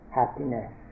happiness